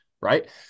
right